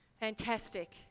Fantastic